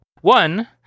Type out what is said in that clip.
One